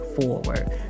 forward